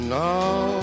now